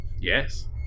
Yes